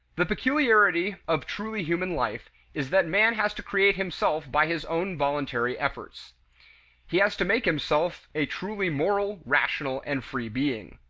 the peculiarity of truly human life is that man has to create himself by his own voluntary efforts he has to make himself a truly moral, rational, and free being.